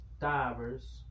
divers